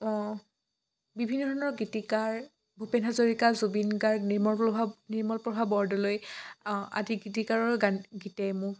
অঁ বিভিন্ন ধৰণৰ গীতিকাৰ ভূপেন হাজৰিকা জুবিন গাৰ্গ নিৰ্মল প্লভা নিৰ্মল প্ৰভা বৰদলৈ অঁ আদি গীতিকাৰৰ গান গীতে মোক